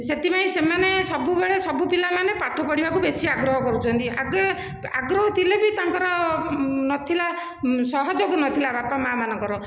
ସେଥିମାଇଁ ସେମାନେ ସବୁବେଳେ ସବୁ ପିଲାମାନେ ପାଠ ପଢ଼ିବାକୁ ବେଶି ଆଗ୍ରହ କରୁଚନ୍ତି ଆଗେ ଆଗ୍ରହ ଥିଲେବି ତାଙ୍କର ନଥିଲା ସହଯୋଗ ନଥିଲା ବାପା ମା' ମାନଙ୍କର